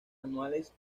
anuales